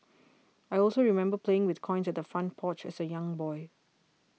I also remember playing with coins at the front porch as a young boy